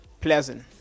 Pleasant